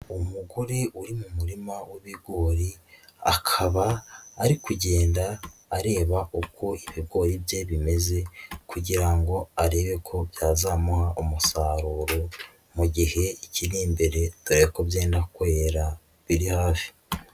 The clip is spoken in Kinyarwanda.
Umugore uri mu murima w'ibigori, akaba ari kugenda areba uko ibigori bye bimeze kugira ngo arebe ko byazamuha umusaruro mu gihe kiri imbere dore ko byenda kwera biri hafi.